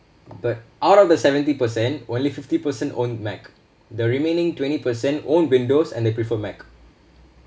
but out of the seventy percent only fifty cent own mac the remaining twenty percent own windows and they prefer mac